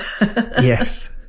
Yes